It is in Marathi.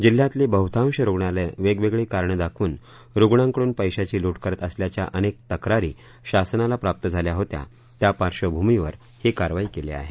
जिल्ह्यातली बहुतांश रुग्णालयं वेगवेगळी कारणं दाखवून रुग्णांकडून पप्तीची लूट करत असल्याच्या अनेक तक्रारी शासनाला प्राप्त झाल्या होत्या त्या पार्श्वभूमीवर ही कारवाई केली आहे